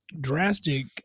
drastic